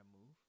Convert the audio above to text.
move